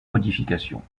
modifications